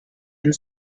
and